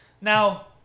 Now